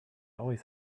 always